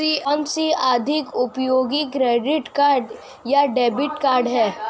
कौनसा अधिक उपयोगी क्रेडिट कार्ड या डेबिट कार्ड है?